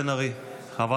בעד ישראל כץ,